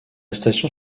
station